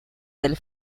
del